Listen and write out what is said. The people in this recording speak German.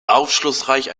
aufschlussreich